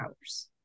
hours